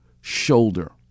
shoulder